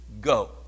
go